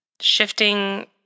shifting